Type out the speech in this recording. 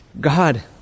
God